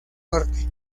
norte